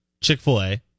Chick-fil-A